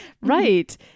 Right